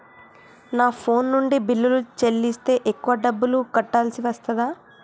నా ఫోన్ నుండి బిల్లులు చెల్లిస్తే ఎక్కువ డబ్బులు కట్టాల్సి వస్తదా?